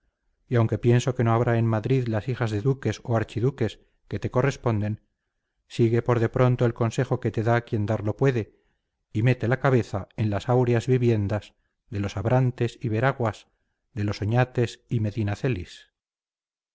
y aunque pienso que no habrá en madrid las hijas de duques o archiduques que te corresponden sigue por de pronto el consejo que te da quien darlo puede y mete la cabeza en las áureas viviendas de los abrantes y veraguas de los oñates y